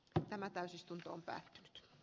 asian käsittely keskeytetään